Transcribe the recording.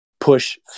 push